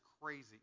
crazy